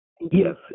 yes